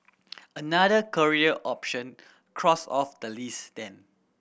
another career option crossed off the list then